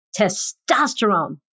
testosterone